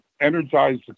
Energize